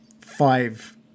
five